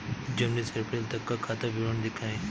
जनवरी से अप्रैल तक का खाता विवरण दिखाए?